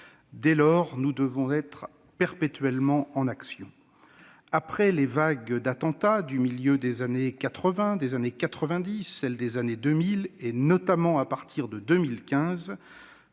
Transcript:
Dès lors, nous devons être perpétuellement en action. Après les vagues d'attentats du milieu des années 1980, puis des années 1990, celles des années 2000, notamment à partir de 2015,